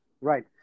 Right